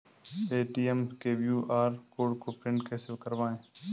Paytm के QR code को print कैसे करवाएँ?